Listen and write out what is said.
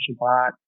Shabbat